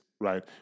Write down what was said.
right